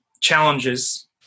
challenges